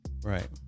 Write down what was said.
Right